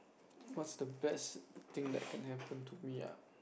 what's the best that can happen to me ah